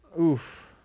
Oof